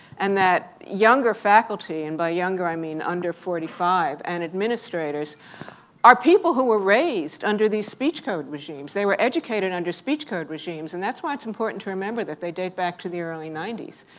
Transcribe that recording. and that younger faculty, and by younger i mean under forty five, and administrators are people who were raised under these speech code regimes. they were educated under speech code regimes, and that's why it's important to remember that they date back to the early ninety s.